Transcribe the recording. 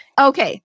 Okay